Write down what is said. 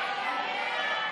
חוק שמירת